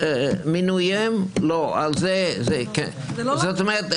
זאת אומרת,